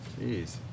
Jeez